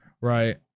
right